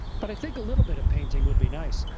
but i think a little bit of painting would be nice.